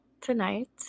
tonight